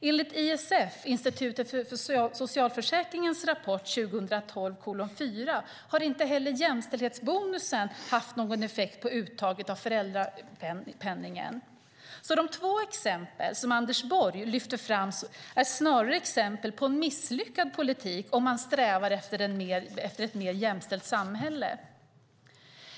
Enligt rapport 2012:4 från ISF, Inspektionen för socialförsäkringen, har inte heller jämställdhetsbonusen haft någon effekt på uttaget av föräldrapenningen. De två exempel som Anders Borg lyfter fram är snarare exempel på misslyckad politik, om man strävar efter ett mer jämställt samhälle.